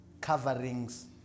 coverings